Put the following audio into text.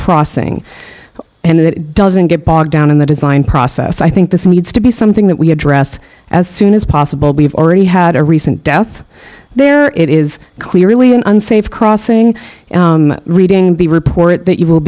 crossing and it doesn't get bogged down in the design process i think this needs to be something that we address as soon as possible we've already had a recent death there it is clearly an unsafe crossing reading the report that you will